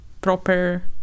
proper